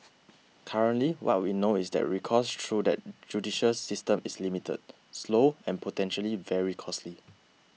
currently what we know is that recourse through that judicial system is limited slow and potentially very costly